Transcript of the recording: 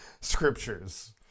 Scriptures